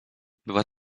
była